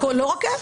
לא רק הם,